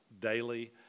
daily